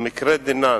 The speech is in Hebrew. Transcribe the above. במקרה דנן,